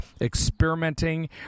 experimenting